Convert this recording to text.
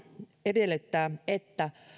edellyttää että